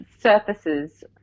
surfaces